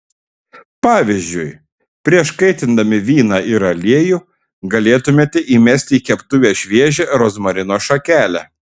pavyzdžiui prieš kaitindami vyną ir aliejų galėtumėte įmesti į keptuvę šviežią rozmarino šakelę